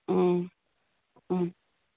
ꯎꯝ ꯎꯝ